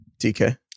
DK